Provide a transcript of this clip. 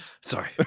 Sorry